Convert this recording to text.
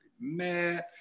Man